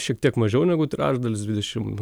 šiek tiek mažiau negu trečdalis dvidešimt